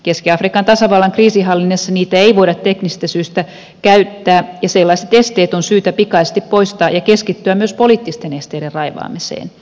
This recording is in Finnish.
keski afrikan tasavallan kriisinhallinnassa niitä ei voida teknisistä syistä käyttää ja sellaiset esteet on syytä pikaisesti poistaa ja keskittyä myös poliittisten esteiden raivaamiseen